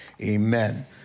amen